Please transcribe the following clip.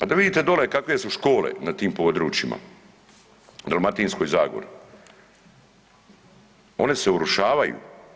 A da vidite dole kakve su škole na tim područjima u Dalmatinskoj zagori, one se urušavaju.